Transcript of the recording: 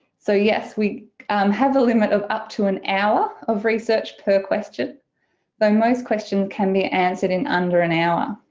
so yes we have a limit of up to an hour of research per question though most questions can be answered in under an hour